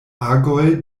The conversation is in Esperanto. agoj